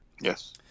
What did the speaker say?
Yes